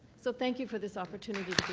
so, thank you for this opportunity.